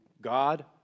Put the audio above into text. God